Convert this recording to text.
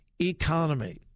economy